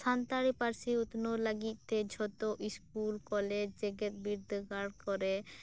ᱥᱟᱱᱛᱟᱲᱤ ᱯᱟᱹᱨᱥᱤ ᱩᱛᱱᱟᱹᱣ ᱞᱟᱹᱜᱤᱫ ᱛᱮ ᱡᱷᱚᱛᱚ ᱤᱥᱠᱩᱞ ᱠᱚᱞᱮᱡᱽ ᱡᱮᱜᱮᱫ ᱵᱤᱨᱫᱟᱹᱜᱟᱲ ᱠᱚᱨᱮ